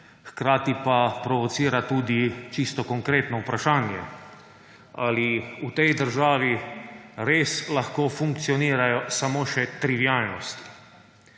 Hkrati pa provocira tudi čisto konkretno vprašanje ‒ ali v tej državi res lahko funkcionirajo samo še trivialnosti?